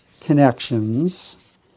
connections